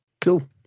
Cool